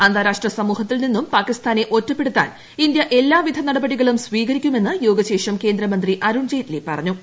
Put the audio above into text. അന്താരാഷ്ട്ര സമൂഹത്തിൽ നിന്നും പാക്കിസ്ഥാനെ ഒറ്റപ്പെടുത്താൻ ഇന്ത്യ എല്ലാവിധ നടപടികളും സ്വീകരിക്കുമെന്ന് യോഗശേഷ്ടം കേന്ദ്രമന്ത്രി അരുൺജെയ്റ്റിലി പറഞ്ഞു